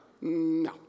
No